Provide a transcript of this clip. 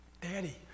Daddy